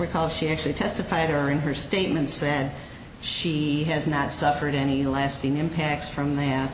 recall if she actually testified or in her statement said she has not suffered any lasting impacts from them